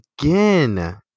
again